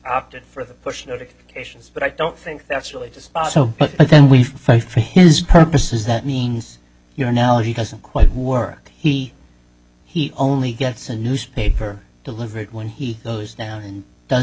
opted for the push notifications but i don't think that's really just bought so then we fight for his purposes that means your analogy doesn't quite work he he only gets a newspaper delivered when he goes down and do